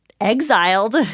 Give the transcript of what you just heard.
exiled